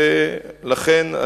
ולכן,